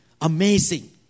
Amazing